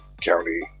County